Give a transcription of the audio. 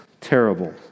terrible